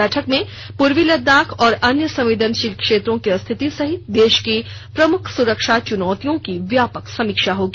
बैठक में पूर्वी लद्दाख और अन्य संवेदनशील क्षेत्रों की स्थिति सहित देश की प्रमुख सुरक्षा चुनौतियों की व्यापक समीक्षा होगी